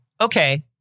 Okay